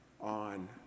on